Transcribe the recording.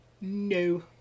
No